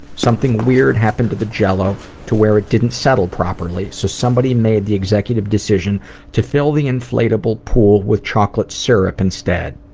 something weird happened to the jell-o, to where it didn't settle properly, so somebody made the executive decision to fill the inflatable pool with chocolate syrup instead.